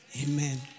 Amen